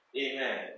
Amen